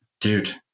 dude